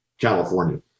California